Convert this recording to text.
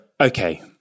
okay